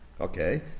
Okay